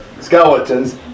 skeletons